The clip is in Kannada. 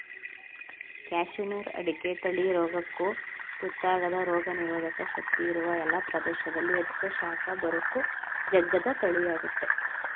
ಕ್ಯಾಸನೂರು ಅಡಿಕೆ ತಳಿ ರೋಗಕ್ಕು ತುತ್ತಾಗದ ರೋಗನಿರೋಧಕ ಶಕ್ತಿ ಇರುವ ಎಲ್ಲ ಪ್ರದೇಶದಲ್ಲಿ ಅಧಿಕ ಶಾಖ ಬರಕ್ಕೂ ಜಗ್ಗದ ತಳಿಯಾಗಯ್ತೆ